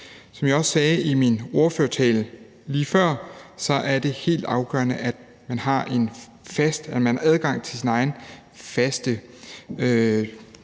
Som jeg også sagde i min ordførertale lige før, er det helt afgørende, at man har adgang til sin egen faste